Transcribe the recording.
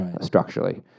structurally